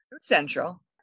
Central